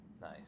nice